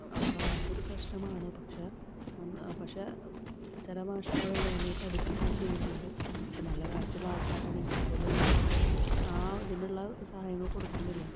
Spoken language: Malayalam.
അപ്പോൾ അതൊരു പ്രശ്നമാണ് പക്ഷെ അൻ പക്ഷെ ചില മാഷുമ്മാരുണ്ട് നന്നായി പഠിപ്പിക്കയും ചെയ്യുന്നുണ്ട് പക്ഷെ നല്ല കാശുള്ള ആൾക്കാരാണെങ്കിൽ പോലും അവര്ക്ക് ആ ഇതിനുള്ള സാഹചര്യങ്ങൾ കൊടുക്കുന്നില്ല